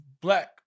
black